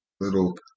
Little